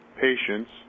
patients